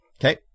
Okay